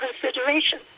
consideration